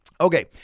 Okay